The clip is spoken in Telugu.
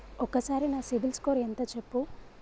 ఒక్కసారి నా సిబిల్ స్కోర్ ఎంత చెప్పు?